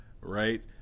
right